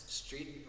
street